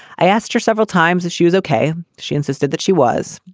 i asked her several times if she was ok. she insisted that she was.